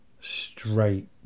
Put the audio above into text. straight